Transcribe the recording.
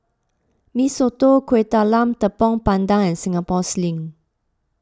Mee Soto Kuih Talam Tepong Pandan and Singapore Sling